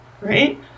right